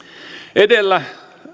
edellä